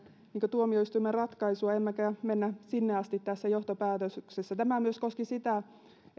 tuomioistuimen ratkaisua emmekä mennä sinne asti tässä johtopäätöksessä tämä myös koski sitä